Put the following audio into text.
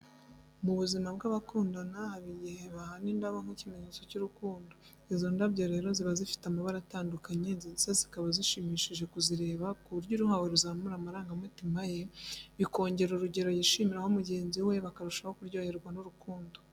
Mu buzima bw'abakundana haba igihe igihe bahana indabo nk'ikimenyetso cy'urukundo. Izo ndabyo rero ziba zifite amabara atandukanye ndetse zikaba zishimishije kuzireba ku buryo uruhawe ruzamura amarangamutima ye bikongera urugero yishimiraho mugenzi we bakarushaho kuryoherwa n'rurkundo.